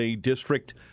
District